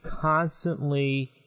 constantly